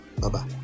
Bye-bye